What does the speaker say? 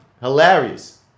hilarious